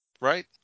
Right